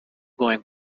going